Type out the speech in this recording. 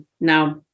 Now